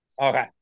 Okay